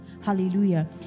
Hallelujah